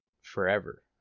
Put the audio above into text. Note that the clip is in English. forever